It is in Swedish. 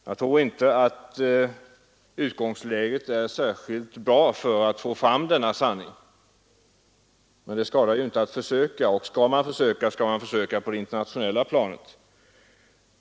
Jag tror inte att utgångsläget är särskilt bra för att få fram den sanningen, men det skadar ju inte att man försöker, och skall man försöka skall man göra det på det internationella planet.